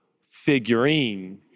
figurine